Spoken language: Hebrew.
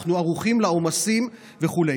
אנחנו ערוכים לעומסים וכו'.